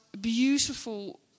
beautiful